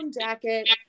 jacket